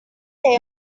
there